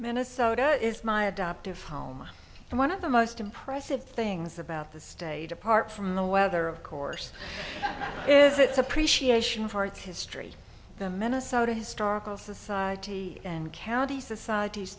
minnesota is my adoptive home and one of the most impressive things about the state apart from the weather of course is its appreciation for its history the minnesota historical society and county societ